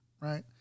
Right